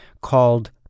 called